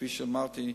כפי שאמרתי,